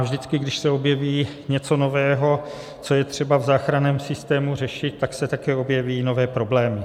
Vždycky, když se objeví něco nového, co je třeba v záchranném systému řešit, tak se také objeví nové problémy.